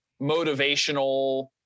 motivational